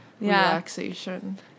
relaxation